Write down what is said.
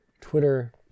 Twitter